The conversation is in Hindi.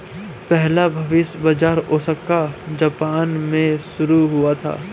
पहला भविष्य बाज़ार ओसाका जापान में शुरू हुआ था